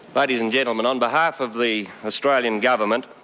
but ladies and gentlemen, on behalf of the australian government,